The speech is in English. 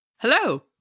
Hello